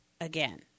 again